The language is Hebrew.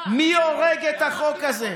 מי הורג את החוק הזה?